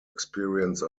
experience